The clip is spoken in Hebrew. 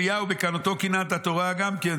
אליהו בקנאותו קנאת התורה" גם כן,